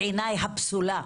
בעיניי הפסולה.